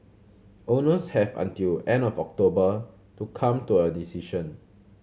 owners have until the end of October to come to a decision